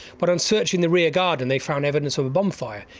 but in searching the rear garden they found evidence of a bonfire,